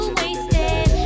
wasted